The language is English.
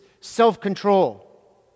self-control